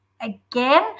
again